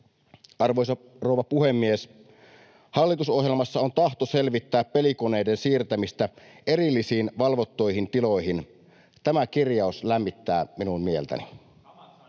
Arvoisa rouva puhemies! Hallitusohjelmassa on tahto selvittää pelikoneiden siirtämistä erillisiin valvottuihin tiloihin. Tämä kirjaus lämmittää minun mieltäni.